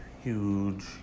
huge